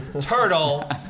Turtle